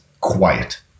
quiet